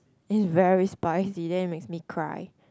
it's very spicy then it makes me cry